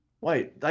Wait